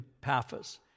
Paphos